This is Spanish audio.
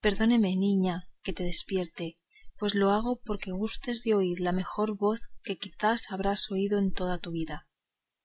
perdóname niña que te despierto pues lo hago porque gustes de oír la mejor voz que quizá habrás oído en toda tu vida